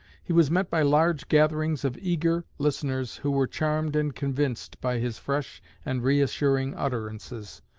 he was met by large gatherings of eager listeners who were charmed and convinced by his fresh and reassuring utterances.